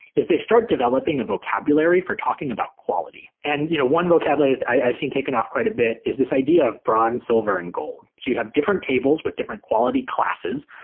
is they start developing a vocabulary for talking about quality. and you know one vocabulary i've seen taken off quite a bit is this idea of bronze, silver and gold. so you have different tables with different quality classes.